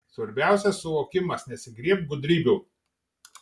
svarbiausias suvokimas nesigriebk gudrybių